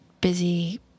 busy